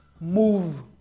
move